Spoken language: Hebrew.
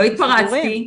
לא התפרצתי,